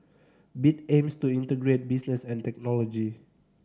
bit aims to integrate business and technology